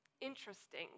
Interesting